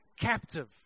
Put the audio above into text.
captive